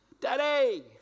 Daddy